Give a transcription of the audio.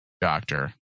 doctor